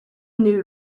nude